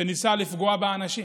שניסה לפגוע באנשים,